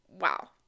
wow